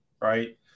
right